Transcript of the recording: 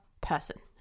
person